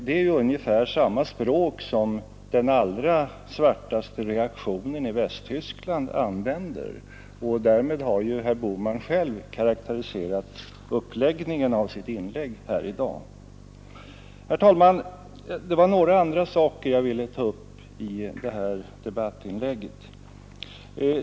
Det är ungefär samma språk som den allra svartaste reaktionen i Västtyskland använder. Därmed har herr Bohman själv karakteriserat uppläggningen av sitt inlägg här i dag. Herr talman! Det var några andra saker som jag ville ta upp i detta debattinlägg.